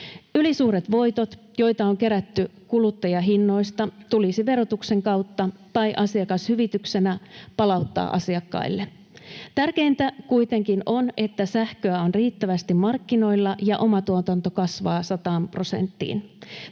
Ylisuuret voitot, joita on kerätty kuluttajahinnoista, tulisi verotuksen kautta tai asiakashyvityksenä palauttaa asiakkaille. Tärkeintä kuitenkin on, että sähköä on riittävästi markkinoilla ja oma tuotanto kasvaa sataan prosenttiin